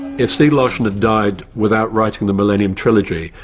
if stieg larsson had died without writing the millennium trilogy,